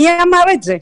מי אמר את זה?